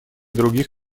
других